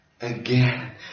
again